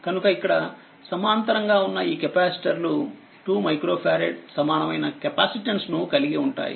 కనుకఇక్కడ సమాంతరంగా ఉన్నఈకెపాసిటర్లు 2మైక్రో ఫారెడ్ సమానమైన కెపాసిటన్స్ ను కలిగి ఉంటాయి